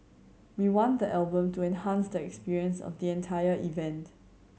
we want the album to enhance the experience of the entire event